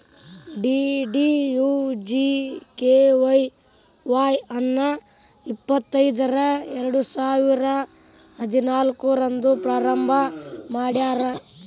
DDUGKY Y ಅನ್ನು ಇಪ್ಪತೈದರ ಎರಡುಸಾವಿರ ಹದಿನಾಲ್ಕು ರಂದ್ ಪ್ರಾರಂಭ ಮಾಡ್ಯಾರ್